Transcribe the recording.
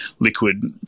liquid